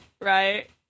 Right